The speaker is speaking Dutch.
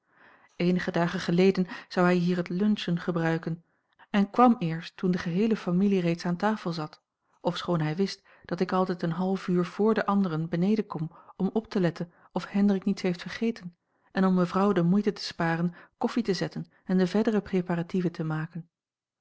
eenige dagen geleden zou hij hier het luncheon gebruiken en kwam eerst toen de geheele familie reeds aan tafel zat ofschoon hij wist dat ik altijd een half uur vr de anderen beneden kom om op te letten of hendrik niets heeft vergeten en om mevrouw de moeite te sparen koffie te zetten en de verdere preparatieven te maken